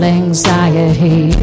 anxiety